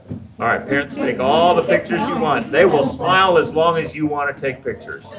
ah right. parents, and take all the pictures you want. they will smile as long as you want to take pictures.